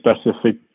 specific